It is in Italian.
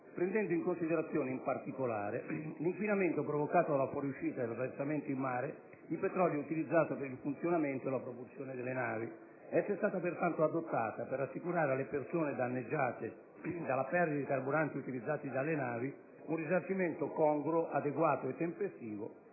prendendo in considerazione, in particolare, l'inquinamento provocato dalla fuoriuscita e dal versamento in mare di petrolio utilizzato per il funzionamento e la propulsione delle navi. Essa è stata pertanto adottata per assicurare alle persone danneggiate dalla perdita di carburanti utilizzati dalle navi un risarcimento congruo, adeguato e tempestivo;